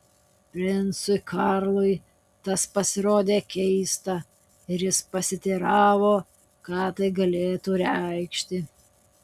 princui karlui tas pasirodė keista ir jis pasiteiravo ką tai galėtų reikšti